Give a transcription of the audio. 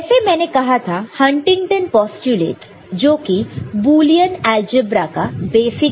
जैसे मैंने कहा था हंटिंगटन पोस्टयूलेटस जोकि बुलियन अलजेब्रा का बेसिक है